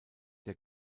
der